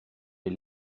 les